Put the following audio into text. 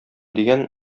дигән